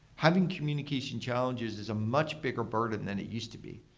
having communication challenges is a much bigger burden that it used to be,